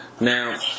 Now